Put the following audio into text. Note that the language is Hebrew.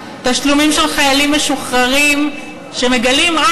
תשלומים של חיילים משוחררים שמגלים רק